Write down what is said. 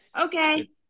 Okay